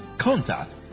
contact